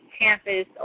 campus